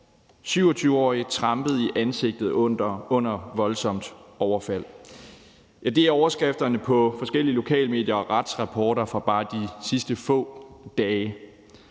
»27-årig trampet i ansigtet under voldsomt overfald«. Det er overskrifterne i forskellige lokalmedier og retsrapporter fra bare de sidste få dage.